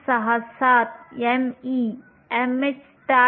067 me mh 0